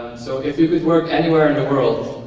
so if you could work anywhere in the world,